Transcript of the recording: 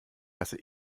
lasse